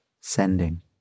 sending